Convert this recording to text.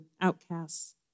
outcasts